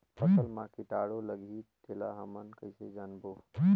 फसल मा कीटाणु लगही तेला हमन कइसे जानबो?